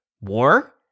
War